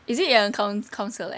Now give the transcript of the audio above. is it yang young counsel eh